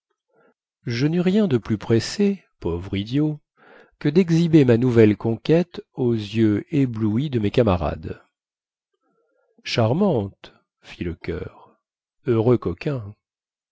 je neus rien de plus pressé pauvre idiot que dexhiber ma nouvelle conquête aux yeux éblouis de mes camarades charmante fit le choeur heureux coquin